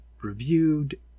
Reviewed